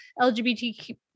LGBTQ